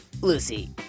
Lucy